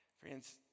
friends